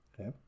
okay